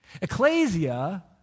Ecclesia